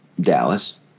Dallas